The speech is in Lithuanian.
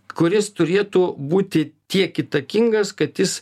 kuris turėtų būti tiek įtakingas kad jis